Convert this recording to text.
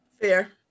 Fair